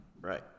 Right